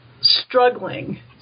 struggling